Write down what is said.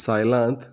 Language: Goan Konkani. सायलांत